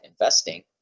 investing